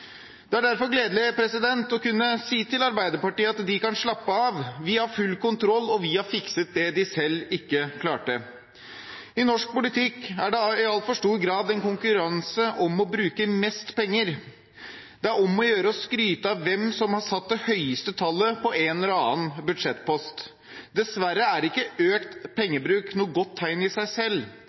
Det er derfor gledelig å kunne si til Arbeiderpartiet at de kan slappe av – vi har full kontroll, og vi har fikset det de selv ikke klarte. I norsk politikk er det i altfor stor grad en konkurranse om å bruke mest penger. Det er om å gjøre å skryte av hvem som har satt det høyeste tallet på en eller annen budsjettpost. Dessverre er ikke økt pengebruk noe godt tegn i seg selv.